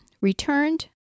returned